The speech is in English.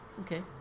Okay